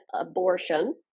abortion